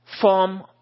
form